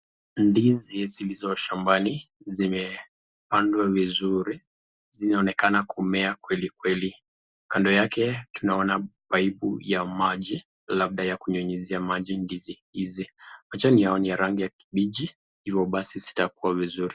Ndizi zilizopandwa shambani vizuri zinaonekana kumea kweli kweli kando yake tunaona paipu ya maji labda ya kunyunyizia maji ndizi hizi. Majani yao ni ya rangi ya kibichi hivyo basi zitakuwa vizuri.